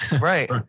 right